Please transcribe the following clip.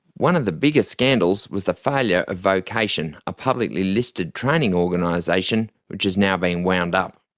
one of the biggest scandals was the failure of vocation, a publicly-listed training organisation which is now being wound up.